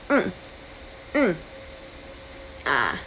mm mm ah